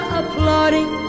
applauding